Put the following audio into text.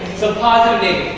so positive,